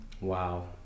wow